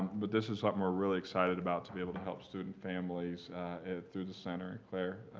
but this is something we're really excited about to be able to help student families and through the center. claire.